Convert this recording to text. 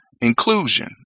inclusion